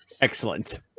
Excellent